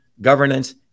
governance